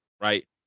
right